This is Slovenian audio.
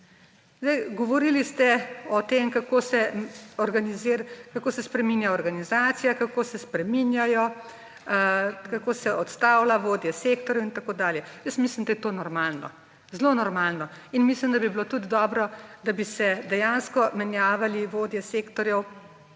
Govorili ste o tem, kako se spreminja organizacija, kako se spreminjajo, kako se odstavlja vodje sektorjev in tako dalje. Jaz mislim, da je to normalno, zelo normalno. In mislim, da bi bilo tudi dobro, da bi se dejansko menjavali vodje sektorjev